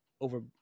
over